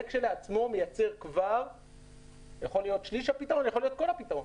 זה כשלעצמו מייצר כבר שליש לפתרון או יכול להיות את כל הפתרון